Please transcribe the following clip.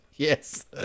Yes